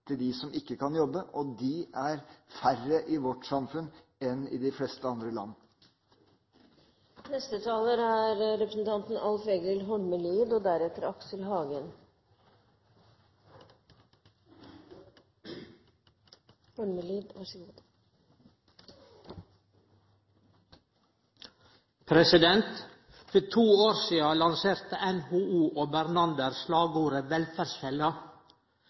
og de er færre i vårt samfunn enn i de fleste andre land. For to år sidan lanserte NHO og Bernander slagordet